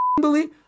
believe